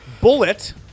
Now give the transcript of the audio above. bullet